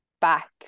back